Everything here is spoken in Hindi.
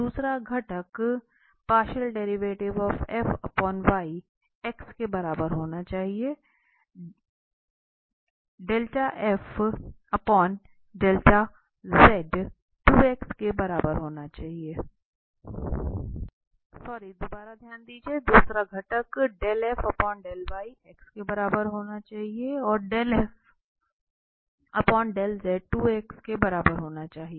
X का पार्शियल डेरिवेटिव 2 x y के बराबर होना चाहिए जो की यहाँ पहली एक्वेशन से दर्शाया गया है और दूसरा घटक X के बराबर होना चाहिए 2 X के बराबर होना चाहिए